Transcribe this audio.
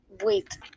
wait